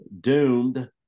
doomed